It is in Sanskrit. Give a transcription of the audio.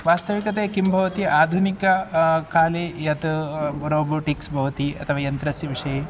वास्तविकतया किं भवति आधुनिके काले यत् रोबोटिक्स् भवति अथवा यन्त्रस्य विषये